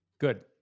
Good